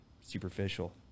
superficial